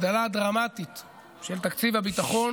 אני עומד כאן בפעם הרביעית בפחות משנה,